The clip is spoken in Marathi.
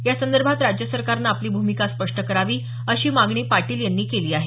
यासंदर्भात राज्य सरकारने आपली भूमिका स्पष्ट करावी अशी मागणी पाटील यांनी केली आहे